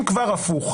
אם כבר, ההפך.